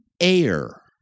air